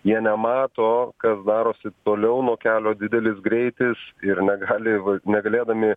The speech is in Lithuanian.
jie nemato kas darosi toliau nuo kelio didelis greitis ir negali negalėdami